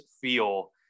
feel